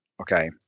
Okay